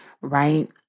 Right